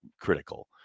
critical